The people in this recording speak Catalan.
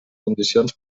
condicions